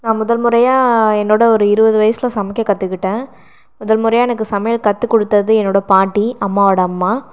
நான் முதல் முறையாக என்னோட ஒரு இருபது வயசில் சமைக்கக் கற்றுக்கிட்டேன் முதல் முறையாக எனக்கு சமையல் கற்றுக் கொடுத்தது என்னோட பாட்டி அம்மாவோட அம்மா